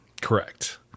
Correct